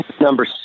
number